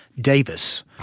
Davis